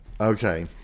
Okay